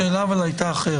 השאלה הייתה אחרת.